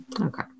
Okay